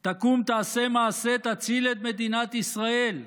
תקום, תעשה מעשה, תציל את מדינת ישראל,